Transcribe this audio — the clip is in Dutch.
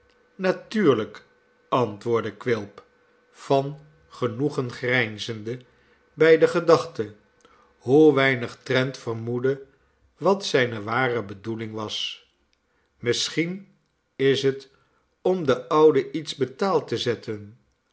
natuurlijk antwoordde quilp van genoegen grijnzende hij de gedachte hoe weinig trent vermoedde wat zijne ware bedoeling was misschien is het om den oude iets betaald te zetten